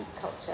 culture